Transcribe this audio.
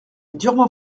durement